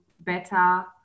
better